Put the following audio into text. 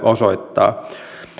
osoittaa